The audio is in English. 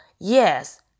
yes